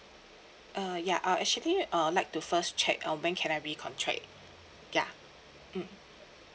uh ya uh actually I'd like to first check uh when can I recontract ya mm